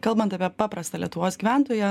kalbant apie paprastą lietuvos gyventoją